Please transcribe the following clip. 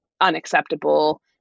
unacceptable